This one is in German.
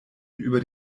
über